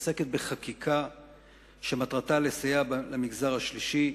והיא עוסקת בחקיקה שמטרתה לסייע למגזר השלישי.